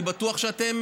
אני בטוח שאתם,